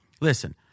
listen